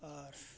ᱟᱨ